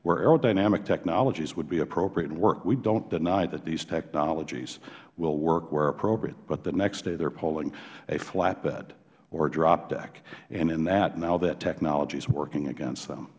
where aerodynamic technologies would be appropriate and work we don't deny that these technologies will work where appropriate but the next day they are pulling a flatbed or drop deck and in that now that technology is working against